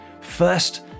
First